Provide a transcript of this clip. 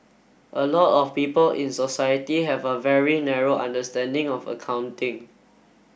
a lot of people in society have a very narrow understanding of accounting